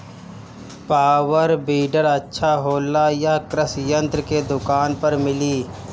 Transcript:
Power weeder अच्छा होला यह कृषि यंत्र के दुकान पर मिली?